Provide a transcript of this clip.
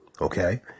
Okay